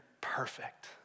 perfect